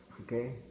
okay